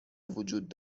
وجود